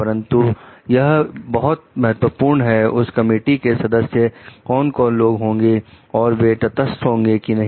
परंतु यह बहुत महत्वपूर्ण है उस कमेटी के सदस्य कौन कौन लोग होंगे और वे तटस्थ होंगे कि नहीं